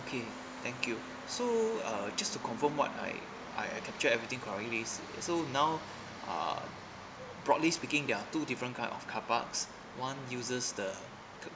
okay thank you so uh just to confirm what I I I can check everything correlates so now uh broadly speaking there are two different kind of car parks one uses the